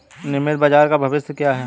नियमित बाजार का भविष्य क्या है?